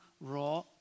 raw